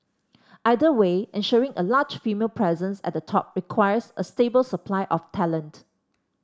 either way ensuring a larger female presence at the top requires a stable supply of talent